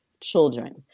children